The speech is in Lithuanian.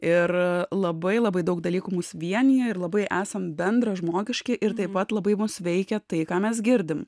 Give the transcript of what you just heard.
ir labai labai daug dalykų mus vienija ir labai esam bendražmogiški ir taip pat labai mus veikia tai ką mes girdim